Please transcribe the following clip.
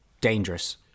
dangerous